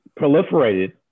proliferated